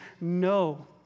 no